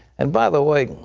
and, by the way,